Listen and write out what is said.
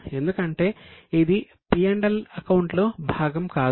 ఎందుకంటే ఇది P L account లో భాగం కాదు